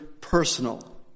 personal